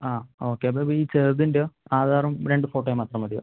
ആ ഓക്കെ അപ്പം ഈ ചെറുതിൻ്റെയോ ആധാറും രണ്ട് ഫോട്ടോയും മാത്രം മതിയോ